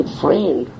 friend